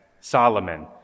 Solomon